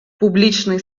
публічний